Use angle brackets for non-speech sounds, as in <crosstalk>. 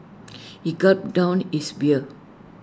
<noise> he gulped down his beer